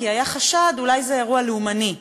כי היה חשד שאולי זה אירוע לאומני.